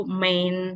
main